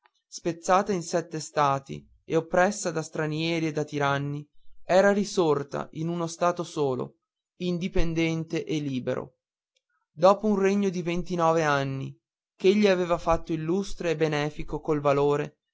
spezzata in sette stati e oppressa da stranieri e da tiranni era risorta in uno stato solo indipendente e libero dopo un regno di ventinove anni ch'egli aveva fatto illustre e benefico col valore